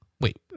Wait